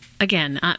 again